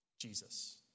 Jesus